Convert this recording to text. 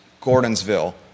Gordonsville